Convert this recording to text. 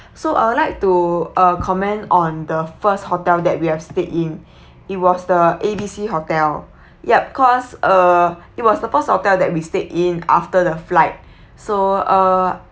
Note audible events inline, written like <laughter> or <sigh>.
so I would like to uh comment on the first hotel that we have stayed in <breath> it was the A_B_C hotel yup cause uh it was the first hotel that we stayed in after the flight <breath> so uh